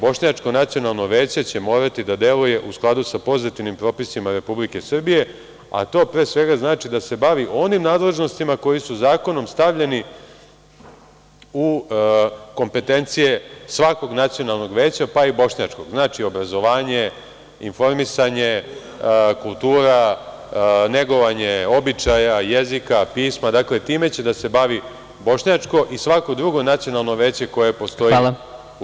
Bošnjačko nacionalno veće će morati da deluje u skladu sa pozitivnim propisima Republike Srbije, a to pre svega znači da se bavi onim nadležnostima koje su zakonom stavljene u kompetencije svakog nacionalnog veća, pa i bošnjačkog, znači, obrazovanje, informisanje, kultura, negovanje običaja, jezika, pisma, dakle, time će da se bavi bošnjačko i svako drugo nacionalno veće koje postoji u